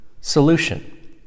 solution